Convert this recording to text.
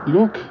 Look